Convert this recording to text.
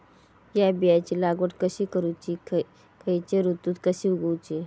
हया बियाची लागवड कशी करूची खैयच्य ऋतुत कशी उगउची?